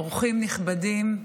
אורחים נכבדים,